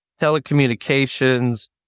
telecommunications